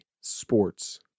Sports